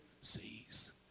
sees